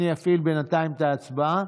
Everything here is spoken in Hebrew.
אני אפעיל בינתיים את ההצבעה